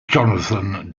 jonathan